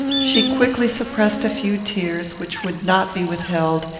she quickly suppressed a few tears which would not be withheld,